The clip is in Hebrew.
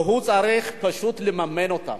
והוא צריך פשוט לממן אותם,